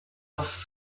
has